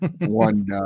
one